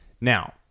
now